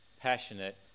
passionate